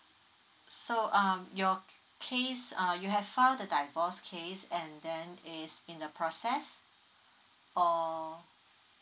so um your case uh you have file the divorce case and then is in the process or